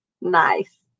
Nice